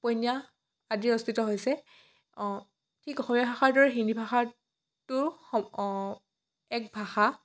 উপন্যাস আদি ৰচিত হৈছে ঠিক অসমীয়া ভাষাৰ দৰে হিন্দী ভাষাতো এক ভাষা